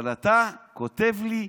אבל אתה כותב לי: